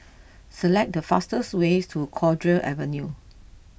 select the fastest way to Cowdray Avenue